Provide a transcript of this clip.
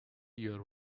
your